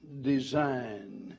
design